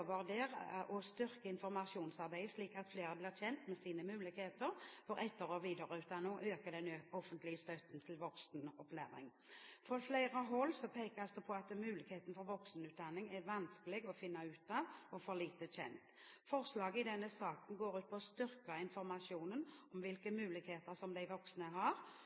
å «styrke informasjonsarbeidet, slik at flere blir kjent med sine muligheter for etter- og videreutdanning», og å «øke den offentlige støtten til voksenopplæring». Fra flere hold pekes det på at muligheten for voksenutdanning er vanskelig å finne ut av, og for lite kjent. Forslaget i denne saken går ut på å styrke informasjonen om hvilke muligheter som de voksne har, og gjøre de ulike tilbudene bedre kjent. Spørsmålet er: Har